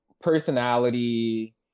personality